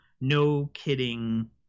no-kidding